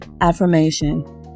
affirmation